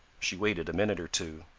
she waited a minute or two,